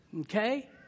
Okay